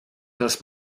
dass